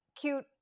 cute